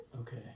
Okay